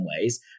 ways